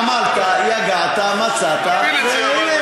עמלת, יגעת, מצאת, והנה.